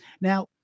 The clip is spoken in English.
Now